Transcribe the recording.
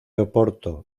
oporto